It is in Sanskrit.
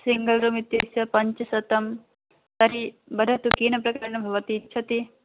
सिङ्गल् रूम् इत्यस्य पञ्च शतं तर्हि वदतु केन प्रकारेण भवती इच्छति